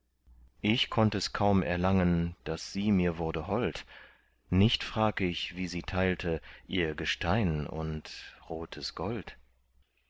ich konnt es kaum erlangen daß sie mir wurde hold nicht frag ich wie sie teilte ihr gestein und rotes gold